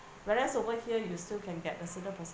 whereas over here you still can get the certain percentage